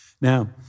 Now